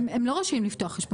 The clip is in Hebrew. הם לא רשאים לפתוח חשבונות.